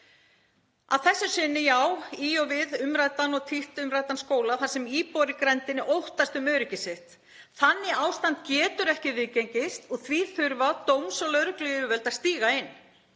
að þessu sinni, já, í og við títt umræddan skóla þar sem íbúar í grenndinni óttast um öryggi sitt. Þannig ástand getur ekki viðgengist og því þurfa dóms- og lögregluyfirvöld að stíga inn.